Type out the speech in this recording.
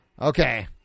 Okay